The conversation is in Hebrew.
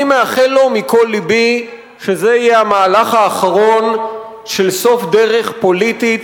אני מאחל לו מכל לבי שזה יהיה המהלך האחרון של סוף דרך פוליטית,